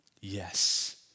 yes